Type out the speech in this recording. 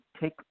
take